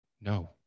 No